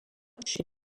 chez